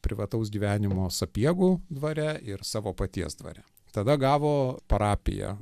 privataus gyvenimo sapiegų dvare ir savo paties dvare tada gavo parapiją